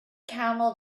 camel